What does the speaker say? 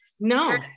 no